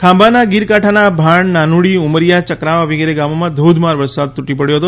ખાંભાના ગીરકાંઠાના ભાડ નાનુડી ઉમરીયા યક્રાવા વિગેરે ગામોમા ધોધમાર વરસાદ તુટી પડયો હતો